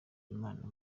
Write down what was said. imana